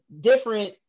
different